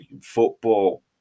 football